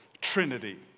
trinity